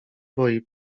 boi